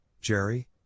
Jerry